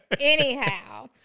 Anyhow